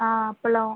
ஆ அப்பளம்